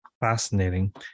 fascinating